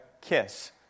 kiss